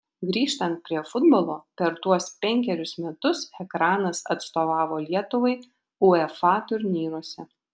grįžtant prie futbolo per tuos penkerius metus ekranas atstovavo lietuvai uefa turnyruose